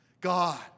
God